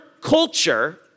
culture